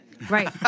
Right